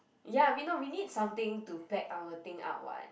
ya we not we need something to pack our thing up [what]